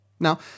Now